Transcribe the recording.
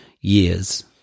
years